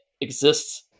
exists